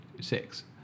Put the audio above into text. six